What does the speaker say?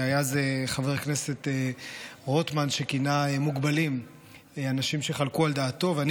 היה זה חבר כנסת רוטמן שכינה אנשים שחלקו על דעתו "מוגבלים".